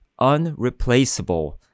unreplaceable